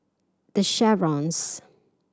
The Chevrons